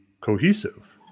cohesive